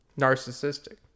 narcissistic